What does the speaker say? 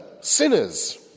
sinners